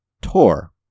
Tor